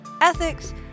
ethics